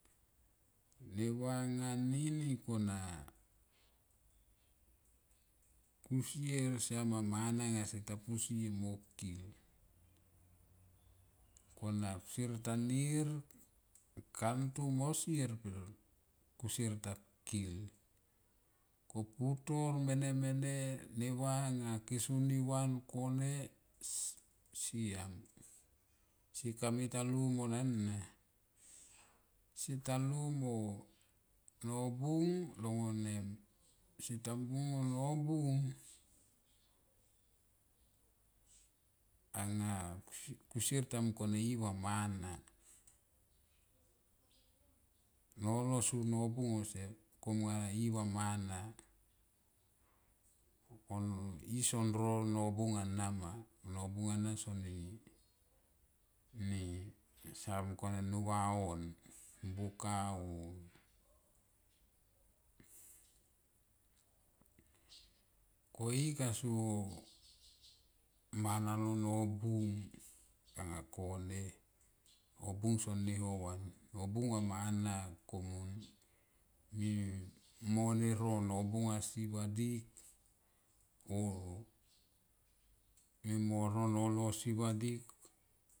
Ne va nga nini kona kusier siam ma mana nga sieta posie mo kil kona kusier ta nir kamtum o sier per kusier ta kil ko putor mene mene ne va nga ke soni van kone siam, se kamita lumo nan na seta lu mo nobung long vanem seta lumo nobung anga kusier ta mung kone i va mana nolo so nobung ose komngana i va mana o i son no nobung ana ma nobungana soni ni sa mung kone nuva on buka oh k i kaso mana lo nobung anga kone o nobung son ni ho van no bung va mana komun mu mo ne ro nobung asi vadik o mi mo ro nolo si vadik.